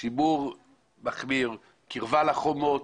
שימור מחמיר, קרבה לחומות,